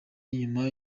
nyuma